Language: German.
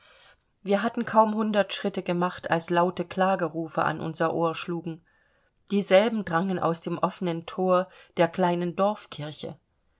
wir hatten kaum hundert schritte gemacht als laute klagerufe an unser ohr schlugen dieselben drangen aus dem offenen thor der kleinen dorfkirche